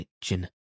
kitchen